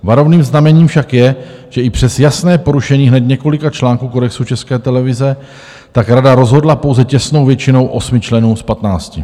Varovným znamením však je, že i přes jasné porušení hned několika článků kodexu České televize tak rada rozhodla pouze těsnou většinou osmi členů z patnácti.